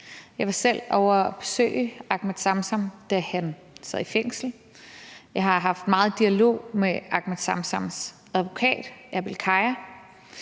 Jeg var selv ovre at besøge Ahmed Samsam, da han sad i fængsel. Jeg har haft meget dialog med Ahmed Samsams advokat, Erbil Kaya,